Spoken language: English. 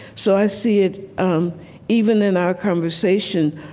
so i see it um even in our conversation.